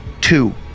two